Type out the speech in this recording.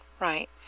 right